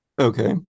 okay